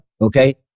Okay